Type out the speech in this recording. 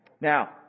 Now